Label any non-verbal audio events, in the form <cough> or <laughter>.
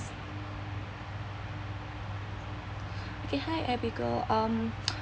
okay hi abigail <noise> um